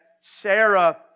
Sarah